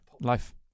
Life